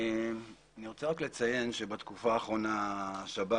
אני רוצה לציין שבתקופה האחרונה שירות בתי